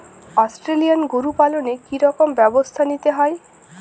Australian গরু পালনে কি রকম ব্যবস্থা নিতে হয়?